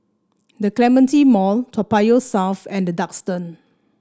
The Clementi Mall Toa Payoh South and The Duxton